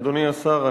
אדוני השר,